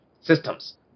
systems